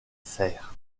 serres